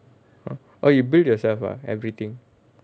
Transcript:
orh orh you build yourself ah everything